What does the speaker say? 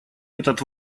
этот